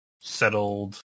settled